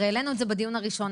הרי העלנו את זה בדיון הראשון,